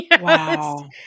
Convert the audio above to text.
Wow